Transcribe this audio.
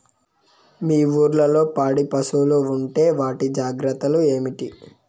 మీ ఊర్లలో పాడి పరిశ్రమలు ఉంటే వాటి జాగ్రత్తలు ఏమిటి